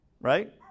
right